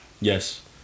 Yes